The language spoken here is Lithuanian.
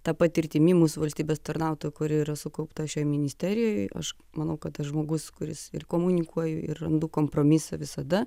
ta patirtimi mūsų valstybės tarnautojų kuri yra sukaupta šioj ministerijoj aš manau kad tas žmogus kuris ir komunikuoju ir randu kompromisą visada